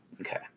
Okay